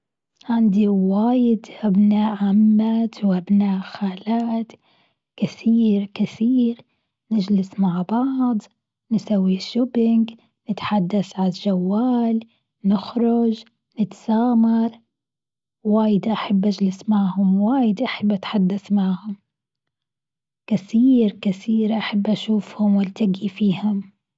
عندي واجد أبناء عمات وأبناء خالات، كثير كثير نجلس مع بعض نسوي shopping نتحدث على الجوال، نخرج نتسامر واجد أحب أجلس معهم واجد أحب أتحدث معهم كثير كثير أحب أشوفهم وألتقي فيهم.